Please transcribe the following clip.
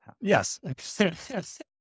yes